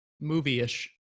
movie-ish